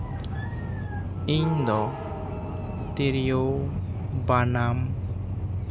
ᱤᱧ ᱫᱚ ᱛᱤᱨᱭᱳ ᱵᱟᱱᱟᱢ